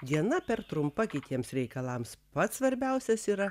diena per trumpa kitiems reikalams pats svarbiausias yra